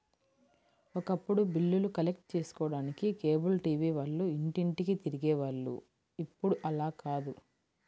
ఒకప్పుడు బిల్లులు కలెక్ట్ చేసుకోడానికి కేబుల్ టీవీ వాళ్ళు ఇంటింటికీ తిరిగే వాళ్ళు ఇప్పుడు అలా కాదు